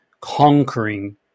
conquering